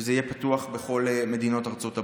וזה יהיה פתוח בכל מדינות ארצות הברית,